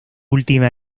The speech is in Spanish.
última